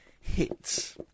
hits